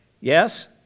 Yes